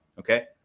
Okay